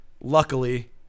luckily